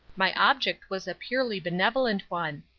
my object was a purely benevolent one.